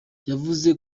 yavuze